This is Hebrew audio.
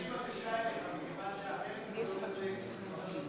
יש לי בקשה אליך, כיוון שזה הולך,